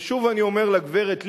ושוב אני אומר לגברת לבני,